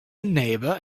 neighbour